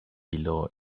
below